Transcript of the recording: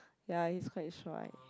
ya he's quite so I